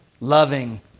loving